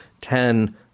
ten